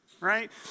right